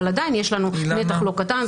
אבל עדיין יש לנו נתח לא קטן,